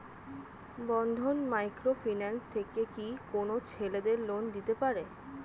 বন্ধন micro finance থেকে কি কোন ছেলেদের লোন দিতে পারে?